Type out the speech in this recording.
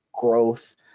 growth